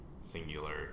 singular